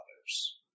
others